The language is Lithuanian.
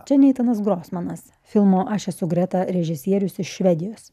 čia neitanas grosmanas filmo aš esu greta režisierius iš švedijos